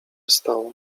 stało